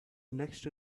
next